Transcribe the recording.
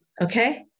okay